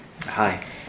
Hi